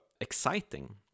exciting